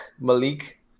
Malik